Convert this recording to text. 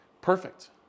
perfect